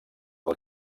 del